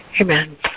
Amen